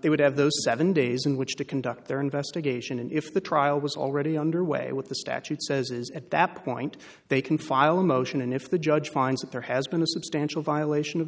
they would have those seven days in which to conduct their investigation and if the trial was already underway what the statute says is at that point they can file a motion and if the judge finds that there has been a substantial violation of